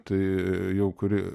tai jau kuri